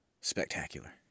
spectacular